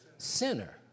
sinner